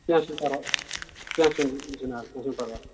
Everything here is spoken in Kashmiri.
کیٚنٛہہ چھُنہٕ پَرواے کیٚنٛہہ چھُنہٕ جِناب کِہیٖنٛۍ پَرواے